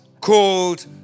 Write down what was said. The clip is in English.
called